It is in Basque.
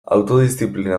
autodiziplina